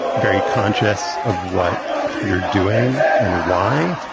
very conscious of what you're doing and why.